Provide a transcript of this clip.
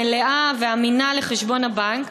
מלאה ואמינה לחשבון הבנק,